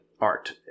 art